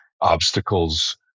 obstacles